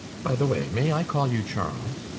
by the way, may i call you charles?